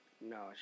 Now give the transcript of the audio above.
No